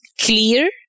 clear